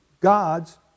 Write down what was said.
God's